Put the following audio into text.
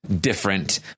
different